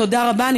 תודה רבה.